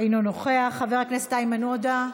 אינו נוכח, חבר הכנסת איימן עודה,